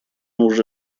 уже